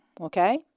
Okay